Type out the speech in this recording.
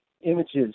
images